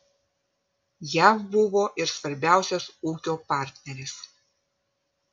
jav buvo ir svarbiausias ūkio partneris